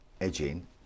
edging